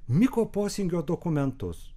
miko posingio dokumentus